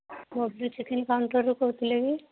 ଭବ୍ୟ chicken କାଉଣ୍ଟର୍ରୁ କହୁଥିଲେ କି